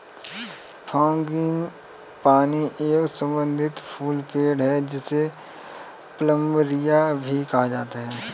frangipani एक सुगंधित फूल पेड़ है, जिसे प्लंबरिया भी कहा जाता है